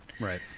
Right